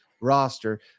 roster